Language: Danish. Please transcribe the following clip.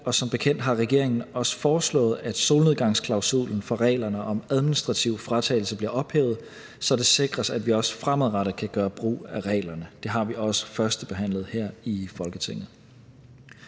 og som bekendt har regeringen også foreslået, at solnedgangsklausulen for reglerne om administrativ fratagelse bliver ophævet, så det sikres, at vi også fremadrettet kan gøre brug af reglerne. Det har vi også førstebehandlet her i Folketinget.